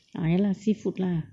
ah ya lah seafood lah